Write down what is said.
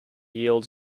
yields